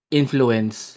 influence